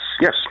yes